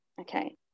okay